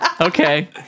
Okay